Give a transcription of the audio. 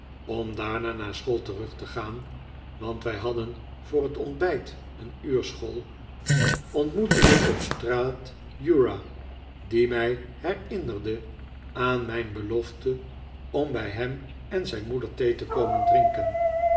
om daarna naar school terug te gaan want wij hadden voor het ontbijt een uur school ontmoette ik op straat uriah die mij herinnerde aan mijn belofte om bij hem en zijn moeder thee te komen drinken